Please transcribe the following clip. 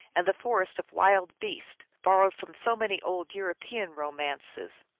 and the forest of wild beasts, borrowed from so many old european ro mances.